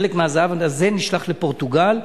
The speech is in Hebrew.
חלק מהזהב הזה נשלח לפורטוגל,